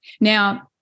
Now